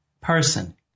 person